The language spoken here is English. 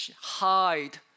hide